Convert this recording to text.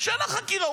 של החקירה.